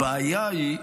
הבעיה היא,